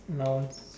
no